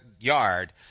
yard